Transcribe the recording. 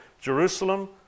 Jerusalem